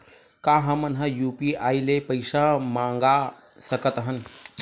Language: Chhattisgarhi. का हमन ह यू.पी.आई ले पईसा मंगा सकत हन?